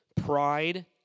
pride